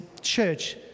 church